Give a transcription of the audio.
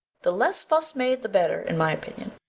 the less fuss made the better, in my opinion.